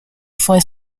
fue